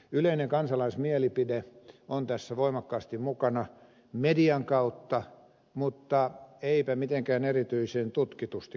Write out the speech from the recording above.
yleinen kansalaismielipide on tässä voimakkaasti mukana median kautta mutta eipä mitenkään erityisen tutkitusti kylläkään